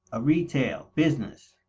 a retail, business.